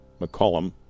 McCollum